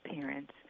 parents